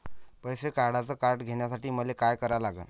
पैसा काढ्याचं कार्ड घेण्यासाठी मले काय करा लागन?